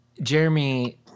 Jeremy